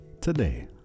today